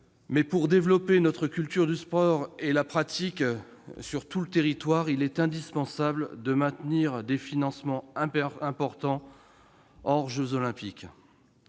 Mais, pour développer la culture et la pratique du sport sur tout le territoire, il est indispensable de maintenir des financements importants hors jeux Olympiques.